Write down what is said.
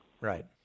Right